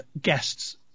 guests